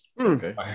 Okay